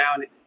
down